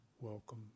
welcome